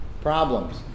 Problems